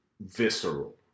visceral